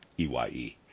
EYE